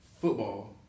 football